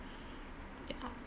ya